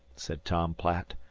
said tom platt.